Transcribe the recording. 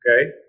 okay